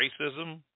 racism